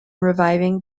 reviving